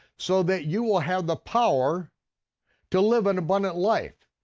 so that you will have the power to live an abundant life.